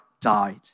died